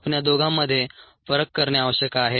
आपण या दोघांमध्ये फरक करणे आवश्यक आहे